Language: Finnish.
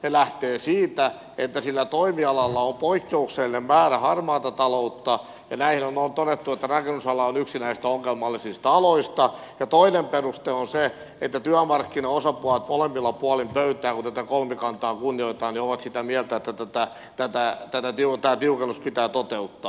ne lähtevät siitä että sillä toimialalla on poikkeuksellinen määrä harmaata taloutta ja näinhän on todettu että rakennusala on yksi näistä ongelmallisista aloista ja toinen peruste on se että työmarkkinaosapuolet molemmilla puolin pöytää kun tätä kolmikantaa kunnioitetaan ovat sitä mieltä että tämä tiukennus pitää toteuttaa